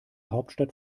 hauptstadt